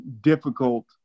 difficult